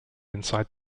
inside